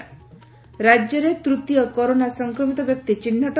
ରାଜ୍ୟରେ ତୂତୀୟ କରୋନା ସଂକ୍ରମିତ ବ୍ୟକ୍ତି ଚିହ୍ଟ